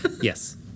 Yes